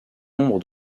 nombre